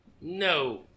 No